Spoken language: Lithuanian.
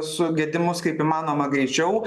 sugedimus kaip įmanoma greičiau